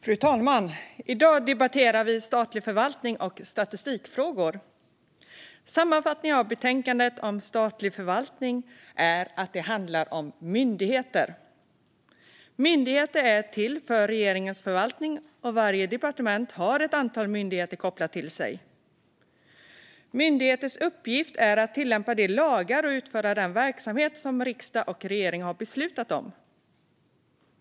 Fru talman! I dag debatterar vi statlig förvaltning och statistikfrågor. En sammanfattning av betänkandet om statlig förvaltning är att det handlar om myndigheter. Myndigheter är till för regeringens förvaltning, och varje departement har ett antal myndigheter kopplade till sig. Myndigheters uppgift är att tillämpa de lagar och utföra den verksamhet som riksdag och regering har beslutat om.